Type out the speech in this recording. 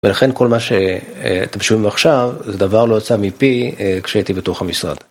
ולכן כל מה שאתם שומעים עכשיו, זה דבר לא יצא מפי כשהייתי בתוך המשרד.